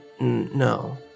No